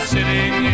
Sitting